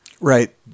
right